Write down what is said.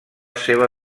seva